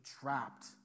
trapped